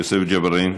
יוסף ג'בארין,